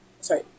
Sorry